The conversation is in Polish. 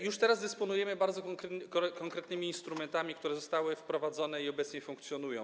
Już teraz dysponujemy bardzo konkretnymi instrumentami, które zostały wprowadzone i obecnie funkcjonują.